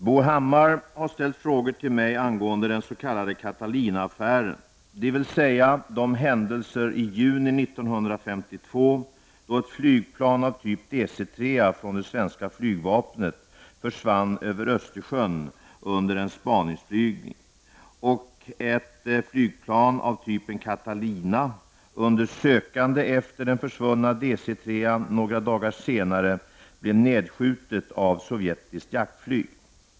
Bo Hammar har ställt frågor till mig angående den s.k. Catalinaaffären, dvs. de händelser i juni 1952 då ett flygplan av typen DC 3 Östersjön under en spaningsflygning, och ett flygplan av typen Catalina under sökande efter den försvunna DC 3-an några dagar senare blev nedskjutet av sovjetiskt jaktflyg.